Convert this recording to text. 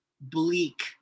bleak